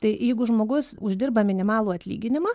tai jeigu žmogus uždirba minimalų atlyginimą